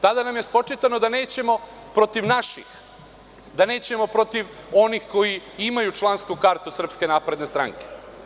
Tada namje spočitano da nećemo protiv naših, da nećemo protiv onih koji imaju člansku kartu Srpske napredne stranke.